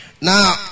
Now